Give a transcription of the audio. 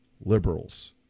liberals